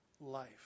life